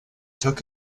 took